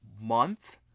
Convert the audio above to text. month